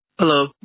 Hello